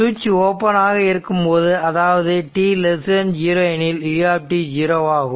சுவிட்ச் ஓபன் ஆக இருக்கும் போது அதாவது t0 எனில் u 0 ஆகும்